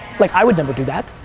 like, i would never do that.